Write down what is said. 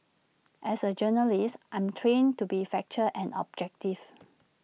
as A journalist I'm trained to be factual and objective